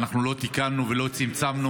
ואנחנו לא תיקנו ולא צמצמנו,